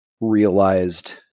realized